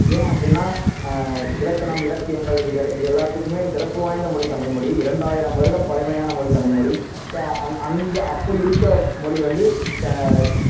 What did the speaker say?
ஏன் அப்படின்னா இலக்கணம் இலக்கியங்கள் இதெல் இதெல்லாத்துக்குமே சிறப்பு வாய்ந்த மொழி தமிழ்மொழி இரண்டாயிரம் வருடம் பழமையான மொழி தமிழ்மொழி ஸோ அந் அந்த அப்படி இருக்க மொழி வந்து ட